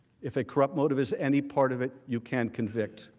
if a corrupt motive is any part of it, you can convict.